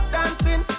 Dancing